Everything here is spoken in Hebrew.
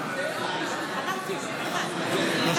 1. כן.